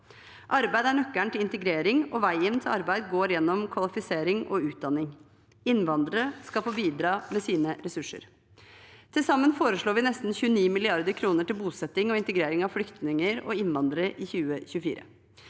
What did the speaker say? Arbeid er nøkkelen til integrering, og veien til arbeid går gjennom kvalifisering og utdanning. Innvandrere skal få bidra med sine ressurser. Til sammen foreslår vi nesten 29 mrd. kr til bosetting og integrering av flyktninger og innvandrere i 2024.